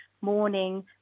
morning